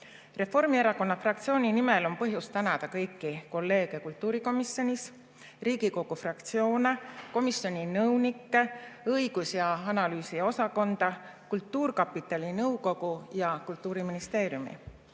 tuli. Reformierakonna fraktsiooni nimel on põhjust tänada kõiki kolleege kultuurikomisjonis, Riigikogu fraktsioone, komisjoni nõunikke, õigus- ja analüüsiosakonda, kultuurkapitali nõukogu ja Kultuuriministeeriumi.